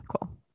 cool